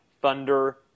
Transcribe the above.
Thunder